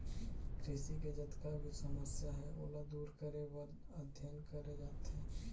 कृषि के जतका भी समस्या हे ओला दूर करे बर अध्ययन करे जाथे